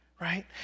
right